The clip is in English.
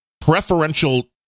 preferential